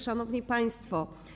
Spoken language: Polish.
Szanowni Państwo!